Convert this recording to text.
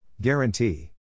Guarantee